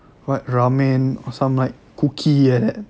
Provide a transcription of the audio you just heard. what ramen or some like cookie eh